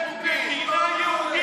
במה אנחנו יהודים?